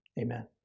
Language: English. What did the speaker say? Amen